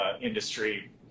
industry